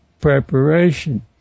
preparation